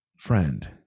friend